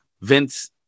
Vince